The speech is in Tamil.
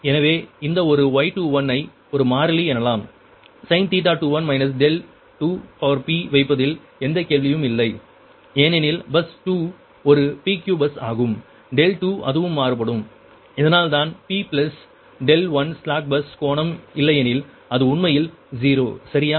எனவே இந்த ஒரு Y21 ஐ ஒரு மாறிலி எனலாம் sin வைப்பதில் எந்த கேள்வியும் இல்லை ஏனெனில் பஸ் 2 ஒரு PQ பஸ் ஆகும் 2 அதுவும் மாறுபடும் அதனால் தான் p பிளஸ் 1 ஸ்லாக் பஸ் கோணம் இல்லையெனில் அது உண்மையில் 0 சரியா